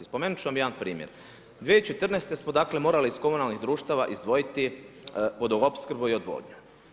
Spomenuti ću vam jedan primjer, 2014. smo dakle, morali iz komunalnih društava izdvojiti vodoopskrbu i odvodnju.